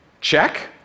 Check